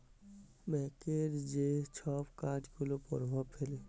ব্যাংকের যে ছব কাজ গুলা পরভাব ফেলে